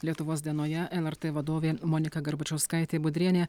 lietuvos dienoje lrt vadovė monika garbačauskaitė budrienė